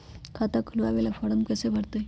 खाता खोलबाबे ला फरम कैसे भरतई?